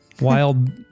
wild